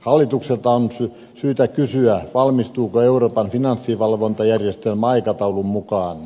hallitukselta on syytä kysyä valmistuuko euroopan finanssivalvontajärjestelmä aikataulun mukaan